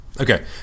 Okay